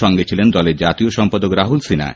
সঙ্গে ছিলেন দলের জাতীয় সম্পাদক রাহুল সিনহা